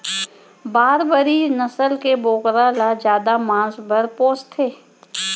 बारबरी नसल के बोकरा ल जादा मांस बर पोसथें